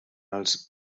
els